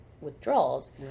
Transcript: withdrawals